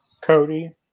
Cody